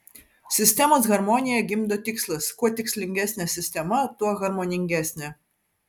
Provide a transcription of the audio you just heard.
sistemos harmoniją gimdo tikslas kuo tikslingesnė sistema tuo harmoningesnė